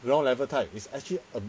ground level type is actually a